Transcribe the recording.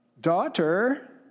Daughter